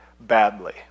badly